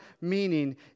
meaning